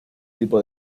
tipo